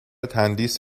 تندیس